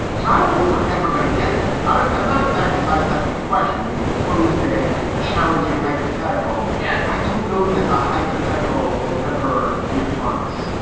so i don't know if we're ever going to get there. i don't. i'm not exactly sidestepping the question. you've posed a challenging hypothetical. yeah. i don't know that the hypothetical will ever be upon us.